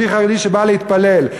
ודאי שאני נגד, ליהודי חרדי שבא להתפלל.